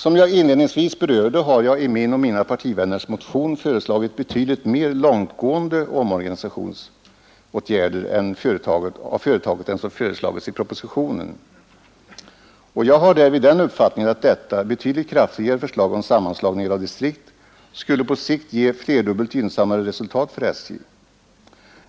Som jag inledningsvis berörde har jag i min och mina partivänners motion föreslagit betydligt mer långtgående omorganisation av företaget än som föreslagits i propositionen. Jag har därvid den uppfattningen att detta betydligt kraftigare förslag om sammanslagningar av distrikt skulle på sikt ge flerdubbelt gynnsammare resultat för SJ.